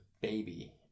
baby